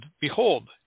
Behold